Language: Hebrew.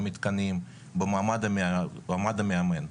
במתקנים, במעמד המאמן.